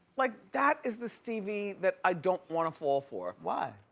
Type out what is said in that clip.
like, that is the stevie that i don't wanna fall for. why?